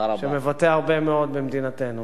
שמבטא הרבה מאוד במדינתנו.